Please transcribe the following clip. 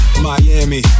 Miami